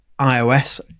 ios